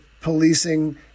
policing